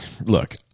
Look